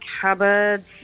cupboards